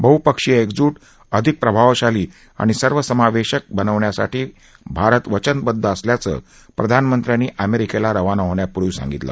बह्पक्षीय एकजूट अधिक प्रभावशाली आणि सर्वसमावेशक बनवण्यासाठी भारत वचनबदध असल्याचं प्रधानमंत्र्यांनी अमेरिकेला रवाना होण्यापूर्वी सांगितलं